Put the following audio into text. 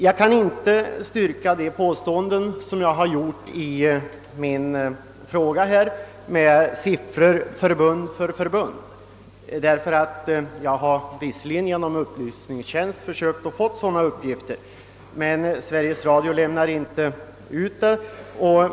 Jag kan inte styrka det påstående som jag har gjort i min fråga med siffror förbund för förbund. Jag har försökt få sådana uppgifter genom upplysningstjänsten, men Sveriges Radio lämnar inte ut materialet.